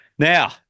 Now